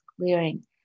clearing